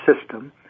system